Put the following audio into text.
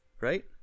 right